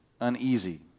uneasy